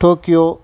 Tokyo